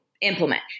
implement